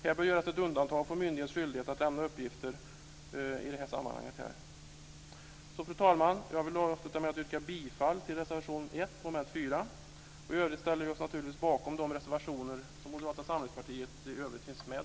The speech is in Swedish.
Det bör göras ett undantag från myndighetens skyldighet att lämna uppgifter i detta sammanhang. Fru talman! Jag vill avsluta med att yrka bifall till reservation 1 under mom. 4. I övrigt ställer vi oss naturligtvis bakom de reservationer där moderaterna finns med.